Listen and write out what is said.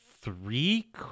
three